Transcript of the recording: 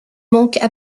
manquent